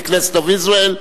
the Knesset of Israel,